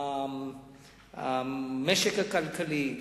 המשק הכלכלי,